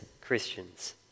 Christians